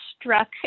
struck